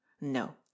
No